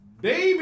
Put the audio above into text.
Baby